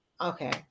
Okay